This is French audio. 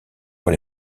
pour